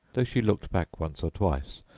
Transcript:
though she looked back once or twice,